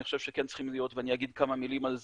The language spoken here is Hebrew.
אני חושב שכן צריכים להיות ואני אגיד כמה מילים על זה,